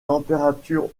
températures